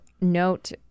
note